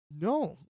No